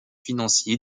financiers